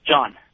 John